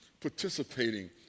participating